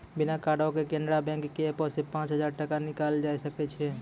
बिना कार्डो के केनरा बैंक के एपो से पांच हजार टका निकाललो जाय सकै छै